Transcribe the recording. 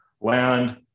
land